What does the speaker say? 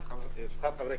עובדים חיוניים,